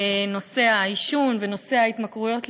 נושא העישון ונושא ההתמכרויות להימורים,